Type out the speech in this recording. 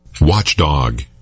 Watchdog